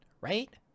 right